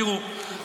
תראו,